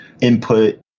input